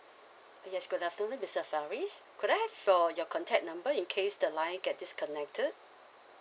uh yes good afternoon mister faris could I your your contact number in case the line get disconnected